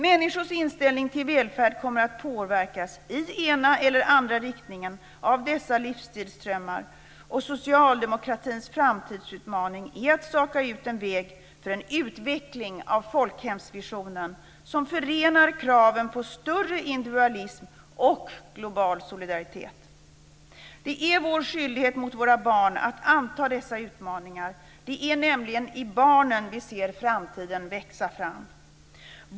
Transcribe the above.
Människors inställning till välfärd kommer att påverkas i ena eller andra riktningen av dessa livsstilsströmmar. Socialdemokratins framtidsutmaning är att staka ut en väg för en utveckling av folkhemsvisionen som förenar kraven på större individualism och global solidaritet. Det är vår skyldighet mot våra barn att anta dessa utmaningar. Det är nämligen i barnen vi ser framtiden växa fram.